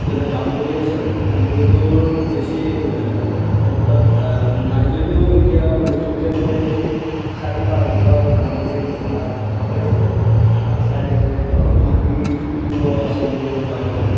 যেনে গামৰি আছে গামৰিটোৰ বেছি মোৰ তাত নাই যদিও এতিয়া নতুনকে মই চাৰি পাঁচজোপা গামৰি লগাইছো হাঁ চাইডে চাইডে অলপ মাটি তুলিব আছে মোৰ বাগানত